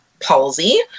palsy